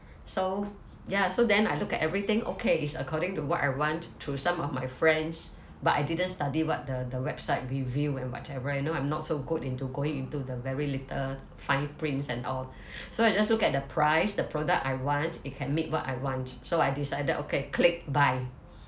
so ya so then I look at everything okay it's according to what I want to some of my friends but I didn't study what the the website review and whatever you know I'm not so good into going into the very little fine prints and all so I just look at the price the product I want it can make what I want so I decided okay click buy